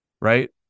right